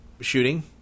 shooting